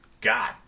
God